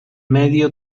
medio